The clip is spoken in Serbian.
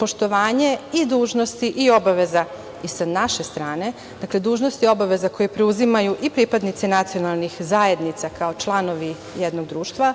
poštovanje i dužnosti i obaveza i sa naše strane, dakle dužnosti i obaveza koje preuzimaju i pripadnici nacionalnih zajednica kao članovi jednog društva,